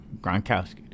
Gronkowski